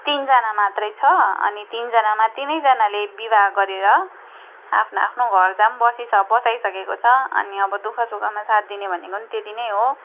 तिनजाना मात्रै छ अनि तिनजानामा तिनैजानाले विवाह गरेर आफ्नो आफ्नो घरजाम बसि बसाइसकेको छ अनि अब दु खसुखमा साथ दिने भनेको नै त्यति नै हो